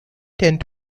tend